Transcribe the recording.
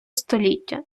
століття